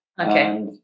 Okay